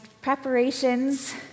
Preparations